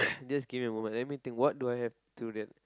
just give me a moment let me think what do I have thru them